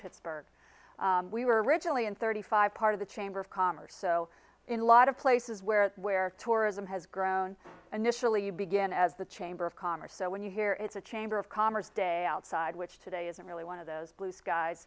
pittsburgh we were originally in thirty five part of the chamber of commerce so in a lot of places where where tourism has grown initially you begin as the chamber of commerce so when you hear it's a chamber of commerce day outside which today isn't really one of those blue skies